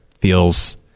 feels